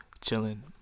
chilling